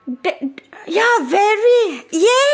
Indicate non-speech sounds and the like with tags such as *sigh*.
take *noise* ya very yes